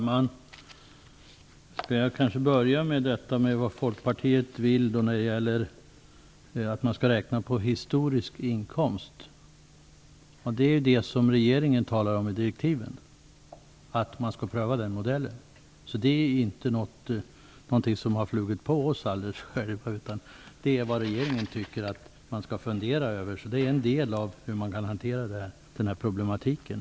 Fru talman! Jag skall börja med detta vad Folkpartiet vill då det gäller att räkna på historisk inkomst. Regeringen talar i direktiven om att man skall pröva den modellen. Det är inte någonting som har flugit på oss, utan det är vad regeringen tycker att man skall fundera över. Det är en del i hur man kan hantera problematiken.